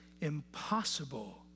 impossible